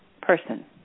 person